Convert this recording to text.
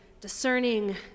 discerning